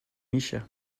micher